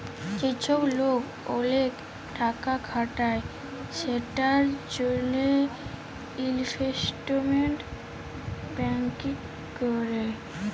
যে চ্ছব লোক ওলেক টাকা খাটায় সেটার জনহে ইলভেস্টমেন্ট ব্যাঙ্কিং ক্যরে